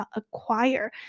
acquire